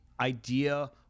idea